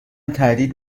تردید